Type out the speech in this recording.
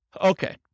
Okay